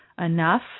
enough